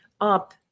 up